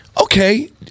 Okay